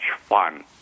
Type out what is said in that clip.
fun